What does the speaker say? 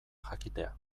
jakitea